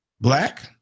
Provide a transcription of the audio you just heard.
black